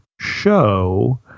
show